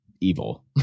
evil